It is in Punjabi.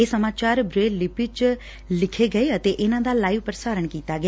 ਇਹ ਸਮਾਚਾਰ ਬੇਲ ਲੀਪੀ ਚ ਲਿਖੇ ਗਏ ਅਤੇ ਇਨੂਾਂ ਦਾ ਲਾਈਵ ਪ੍ਰਸਾਰਣ ਕੀਤਾ ਗਿਆ